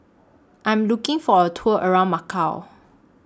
I'm looking For A Tour around Macau